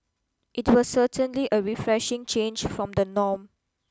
it was certainly a refreshing change from the norm